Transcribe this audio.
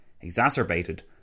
exacerbated